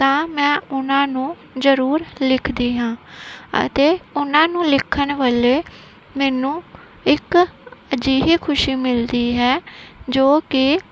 ਤਾਂ ਮੈਂ ਉਹਨਾਂ ਨੂੰ ਜਰੂਰ ਲਿਖਦੀ ਹਾਂ ਅਤੇ ਉਹਨਾਂ ਨੂੰ ਲਿਖਣ ਵੇਲੇ ਮੈਨੂੰ ਇੱਕ ਅਜਿਹੀ ਖੁਸ਼ੀ ਮਿਲਦੀ ਹੈ ਜੋ ਕਿ